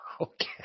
Okay